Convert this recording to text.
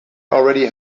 already